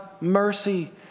mercy